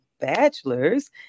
bachelor's